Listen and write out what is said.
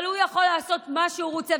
אבל הוא יכול לעשות מה שהוא רוצה,